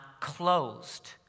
closed